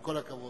עם כל הכבוד.